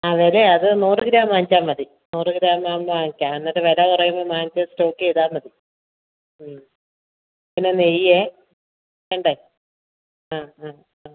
അതേയല്ലേ അത് നൂറ് ഗ്രാം വാങ്ങിച്ചാൽ മതി നൂറ് ഗ്രാം വാങ്ങിക്കാം എന്നിട്ട് വില കുറയുമ്പോൾ വാങ്ങിച്ച് സ്റ്റോക്ക് ചെയ്താൽ മതി മ് പിന്നെ നെയ്യേ വേണ്ടേ ആ ആ ആ